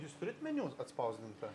jūs turit meniu atspausdintą